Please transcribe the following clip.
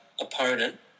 opponent